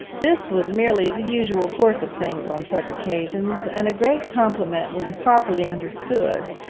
this was merely the usual course of things on such occasions, and a great compliment when properly understood,